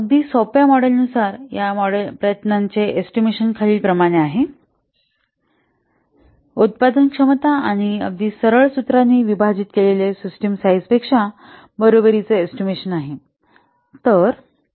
अगदी सोप्या मॉडेलनुसार या मॉडेलनुसार प्रयत्नाचा एस्टिमेशन खालीलप्रमाणे आहे उत्पादन क्षमता आणि अगदी सरळ सूत्रांनी विभाजित केलेला सिस्टम साईझ पेक्षा बरोबरीचा एस्टिमेशन आहे